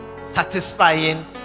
satisfying